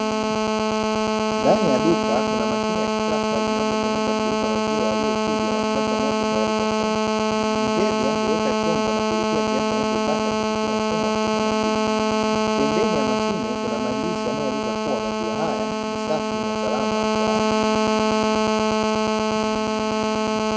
Ndani ya duka kuna mashine ya kisasa zinazotumika kuuza maziwa yaliyochujwa na kupashwa moto yakiwa tayari kwa kunywa. Mteja huweka chombo na kulipia kiasi anachotaka kupitia mfumo wa ki automatiki, pembeni ya mashine kuna maandishiyanayoeleza kuwa maziwa haya ni safi na salama kwa afya.